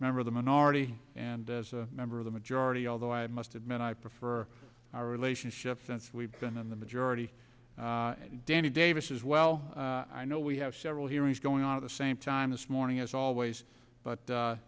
member of the minority and as a member of the majority although i must admit i prefer our relationship since we've been in the majority danny davis is well i know we have several hearings going on at the same time this morning as always but